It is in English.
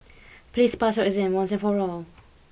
please pass your exam once and for all